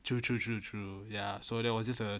true true true true ya so that was just a